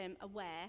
aware